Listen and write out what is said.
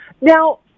now